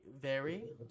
vary